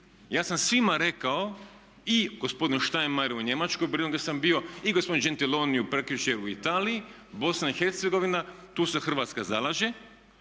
Ja sam svima rekao i gospodinu Štajmajeru u Njemačkoj kad sam bio i gospodinu Gentiloniu prekjučer u Italiji, Bosna i Hercegovina, tu se Hrvatska zalaže,